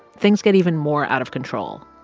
things get even more out of control.